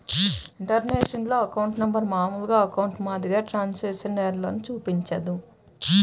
international account number మామూలు అకౌంట్ల మాదిరిగా ట్రాన్స్క్రిప్షన్ ఎర్రర్లను చూపించదు